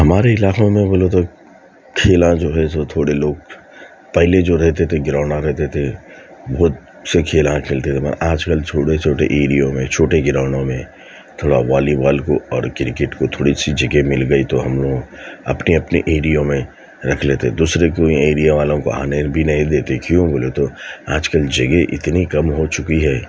ہمارے علاقوں میں بولے تو کھیلا جو ہے جو تھوڑے لوگ پہلے جو رہتے تھے گراؤنڈاں رہتے تھے بہت اچھے کھیلا کھیلتے تھے وہاں آج کل چھوٹے چھوٹے ایریوں میں چھوٹے گراؤنڈوں میں تھوڑا وولی بال کو اور کرکٹ کو تھوڑی سی جگہ مل گئی تو ہم لوگ اپنے اپنے ایریوں میں رکھ لیتے دوسرے کو اییریا والوں کو آنے بھی نہیں دیتے کیوں بولے تو آج کل جگہ اتنی کم ہو چکی ہے